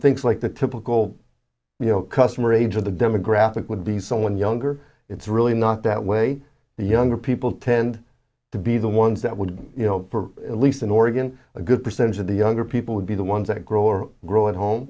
thinks like the typical you know customer age of the demographic would be someone younger it's really not that way the younger people tend to be the ones that would at least in oregon a good percentage of the younger people would be the ones that grow or grow at home